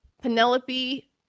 Penelope